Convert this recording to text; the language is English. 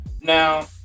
Now